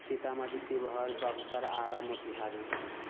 Sitamarhi Sheohar Buxar Arrah Motihari